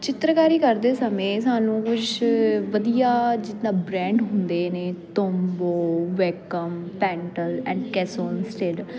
ਚਿੱਤਰਕਾਰੀ ਕਰਦੇ ਸਮੇਂ ਸਾਨੂੰ ਕੁਛ ਵਧੀਆ ਜਿੱਦਾਂ ਬ੍ਰੈਂਡ ਹੁੰਦੇ ਨੇ Tombow Wacom Pentel and Canson stayed